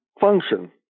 function